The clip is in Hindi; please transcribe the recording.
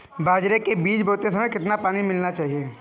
बाजरे के बीज बोते समय कितना पानी मिलाना चाहिए?